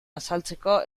azaltzeko